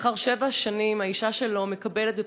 לאחר שבע שנים האישה שלו קיבלה,